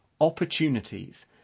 Opportunities